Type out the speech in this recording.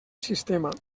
sistema